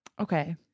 Okay